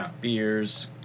beers